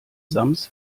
sams